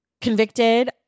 convicted